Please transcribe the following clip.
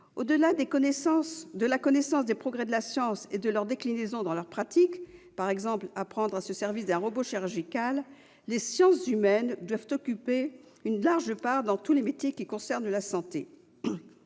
Au-delà de la connaissance des progrès de la science et de leur déclinaison dans la pratique, par exemple l'apprentissage de l'utilisation d'un robot chirurgical, les sciences humaines doivent occuper une large part dans tous les métiers qui concernent la santé.